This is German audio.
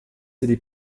die